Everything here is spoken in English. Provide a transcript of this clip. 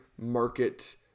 market